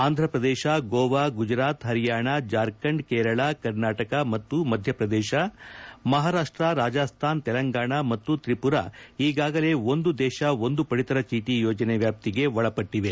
ಆಂಧ್ರಪ್ರದೇಶ ಗೋವಾ ಗುಜರಾತ್ ಪರಿಯಾಣ ಜಾರ್ಖಂಡ್ ಕೇರಳ ಕರ್ನಾಟಕ ಮತ್ತು ಮಧ್ಯಪ್ರದೇಶ ಮಹಾರಾಷ್ಟ ರಾಜಸ್ತಾನ್ ತೆಲಂಗಾಣ ಮತ್ತು ತ್ರಿಮರ ಈಗಾಗಲೇ ಒಂದು ದೇಶ ಒಂದು ಪಡಿತರ ಚೀಟಿ ಯೋಜನೆ ವ್ಯಾಪ್ತಿಗೆ ಒಳಪಟ್ಟಿದೆ